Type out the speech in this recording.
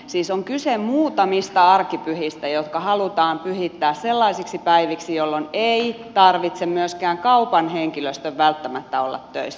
siis on kyse muutamista arkipyhistä jotka halutaan pyhittää sellaisiksi päiviksi jolloin ei tarvitse myöskään kaupan henkilöstön välttämättä olla töissä